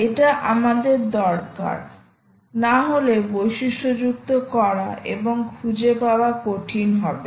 এটা আমাদের দরকার না হলে বৈশিষ্ট্যযুক্ত করা এবং খুঁজে পাওয়া কঠিন হবে